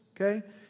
Okay